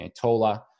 taller